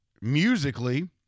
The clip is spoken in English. musically